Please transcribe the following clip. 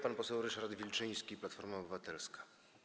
Pan poseł Ryszard Wilczyński, Platforma Obywatelska.